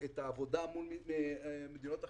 את העבודה מול מדינות אחרות,